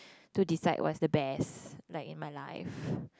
to decide what's the best like in my life